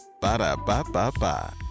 Ba-da-ba-ba-ba